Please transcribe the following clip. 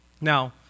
Now